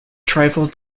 trifle